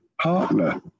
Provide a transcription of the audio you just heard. partner